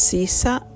Sisa